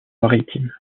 maritime